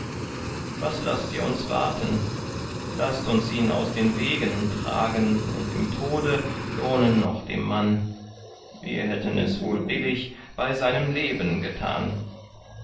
was laßt ihr uns warten laßt uns ihn aus den wegen tragen und im tode lohnen noch dem mann wir hätten es wohl billig bei seinem leben getan